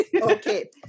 Okay